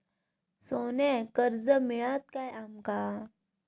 सोन्याक कर्ज मिळात काय आमका?